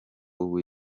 ubu